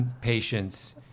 patience